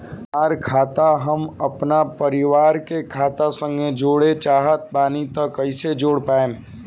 हमार खाता के हम अपना परिवार के खाता संगे जोड़े चाहत बानी त कईसे जोड़ पाएम?